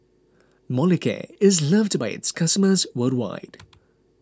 Molicare is loved by its customers worldwide